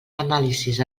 anàlisis